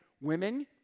women